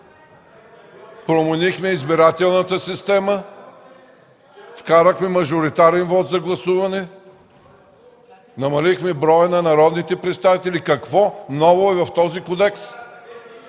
Променихме избирателната система, вкарахме мажоритарен вот за гласуване, намалихме броя на народните представители? Какво ново е в този Кодекс?